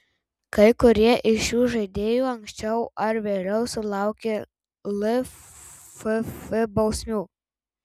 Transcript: kai kurie iš šių žaidėjų anksčiau ar vėliau sulaukė lff bausmių